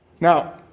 Now